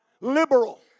liberal